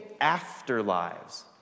afterlives